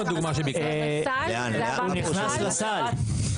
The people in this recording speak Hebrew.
הוא נכנס לסל.